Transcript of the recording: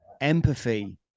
empathy